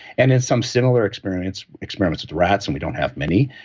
and in some similar experiments experiments with rats, and we don't have many,